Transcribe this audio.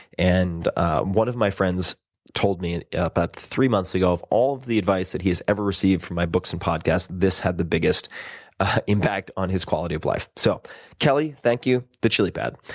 and ah one of my friends told me about three months ago, of all of the advice that he has ever received from my books and podcasts, this had the biggest impact on his quality of life. so kelly, thank you, the chilipad.